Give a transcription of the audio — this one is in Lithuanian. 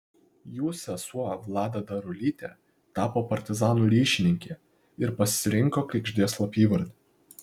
jų sesuo vlada darulytė tapo partizanų ryšininkė ir pasirinko kregždės slapyvardį